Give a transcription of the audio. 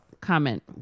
comment